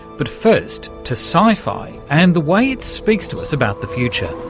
but first to sci-fi and the way it speaks to us about the future.